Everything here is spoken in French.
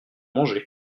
mangé